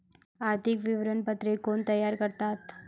आर्थिक विवरणपत्रे कोण तयार करतात?